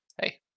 Hey